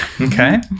Okay